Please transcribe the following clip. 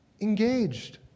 engaged